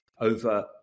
over